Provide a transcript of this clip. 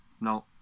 no